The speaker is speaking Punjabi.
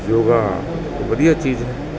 ਯੋਗਾ ਵਧੀਆ ਚੀਜ਼ ਹੈ